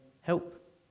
help